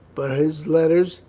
but his letters,